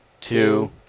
two